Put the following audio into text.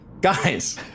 Guys